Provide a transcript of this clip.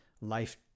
life